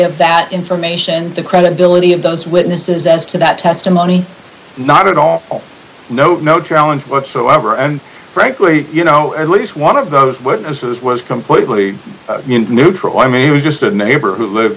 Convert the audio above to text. of that information the credibility of those witnesses as to that testimony not at all no no challenge whatsoever and frankly you know at least one of those witnesses was completely neutral i mean it was just a member who live